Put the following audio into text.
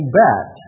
bet